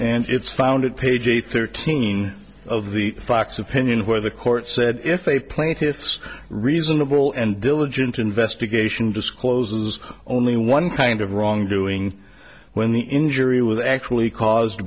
and it's founded page eight thirteen of the fox opinion where the court said if a plaintiff's reasonable and diligent investigation discloses only one kind of wrongdoing when the injury was actually caused